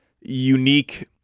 unique